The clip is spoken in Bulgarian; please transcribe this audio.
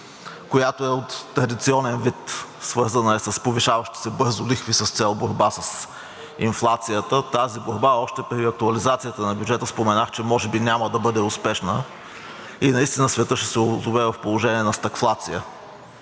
която е от традиционен вид – свързана е с повишаващи се бързо лихви с цел борба с инфлацията. Тази борба още при актуализацията на бюджета споменах, че може би няма да бъде успешна и наистина светът ще се озове в положение на стагфлация.